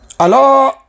Hello